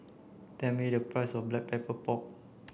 tell me the price of black pepper pork